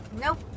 nope